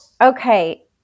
okay